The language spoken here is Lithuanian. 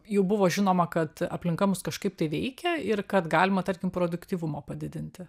jau buvo žinoma kad aplinka mus kažkaip tai veikia ir kad galima tarkim produktyvumo padidinti